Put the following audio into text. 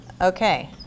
Okay